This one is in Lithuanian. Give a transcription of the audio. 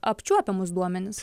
apčiuopiamus duomenis